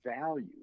value